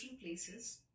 places